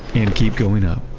and keep going up,